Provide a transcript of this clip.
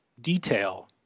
detail